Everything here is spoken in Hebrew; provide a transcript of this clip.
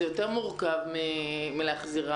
זה יותר מורכב מלהחזיר.